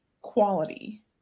quality